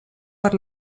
per